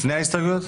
לפני ההסתייגויות?